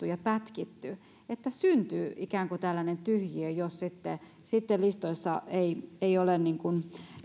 ja pätkitty että syntyy ikään kuin tällainen tyhjiö jos listoissa ei ei ole